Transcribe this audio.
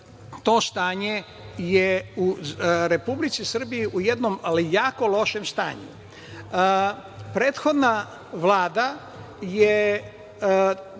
To stanje u Republici Srbije je u jako lošem stanju. Prethodna Vlada je